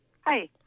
Hi